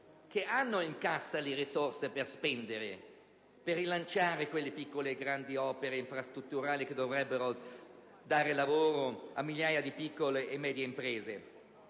che hanno in cassa le risorse per spendere, per rilanciare quelle piccole e grandi opere infrastrutturali che dovrebbero dare lavoro a migliaia di piccole e medie imprese.